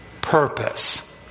purpose